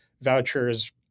vouchers